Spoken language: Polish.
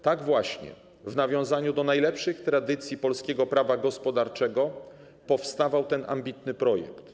Tak właśnie w nawiązaniu do najlepszych tradycji polskiego prawa gospodarczego powstawał ten ambitny projekt.